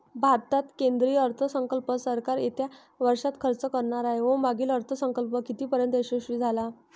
भारतात केंद्रीय अर्थसंकल्प सरकार येत्या वर्षात खर्च करणार आहे व मागील अर्थसंकल्प कितीपर्तयंत यशस्वी झाला